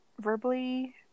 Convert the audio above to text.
verbally